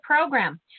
program